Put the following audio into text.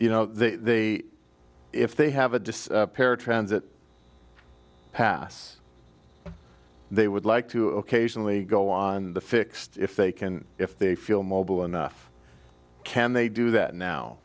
you know they if they have a disk paratransit pass they would like to occasionally go on the fixed if they can if they feel mobile enough can they do that now